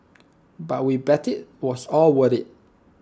but we bet IT was all worth IT